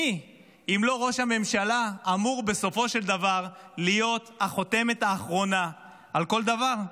מי אם לא ראש הממשלה אמור בסופו של דבר להיות החותמת האחרונה על כל דבר?